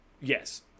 Yes